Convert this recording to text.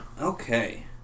Okay